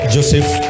Joseph